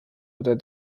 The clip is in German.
oder